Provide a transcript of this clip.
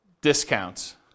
discounts